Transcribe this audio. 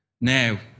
Now